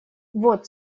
вот